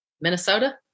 Minnesota